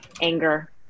anger